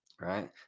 right